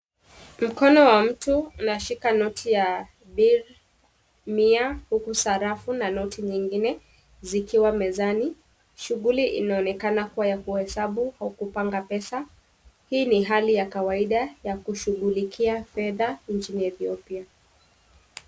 Mkono wa mtu unashika noti ya bill mia huku sarafu na noti nyingine zikiwa mezani. Shughuli inaonekana kuwa ya kuhesabu au kupanga pesa. Hii ni hali ya kawaida ya kushughulikia pesa nchini Ethiopia.